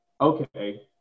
okay